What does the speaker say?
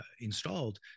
installed